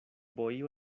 bohío